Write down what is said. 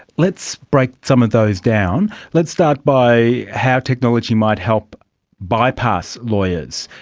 let's break some of those down, let's start by how technology might help bypass lawyers.